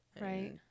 Right